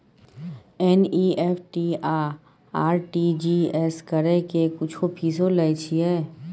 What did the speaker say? NEFT आ RTGS करै के कुछो फीसो लय छियै?